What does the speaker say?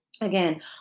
Again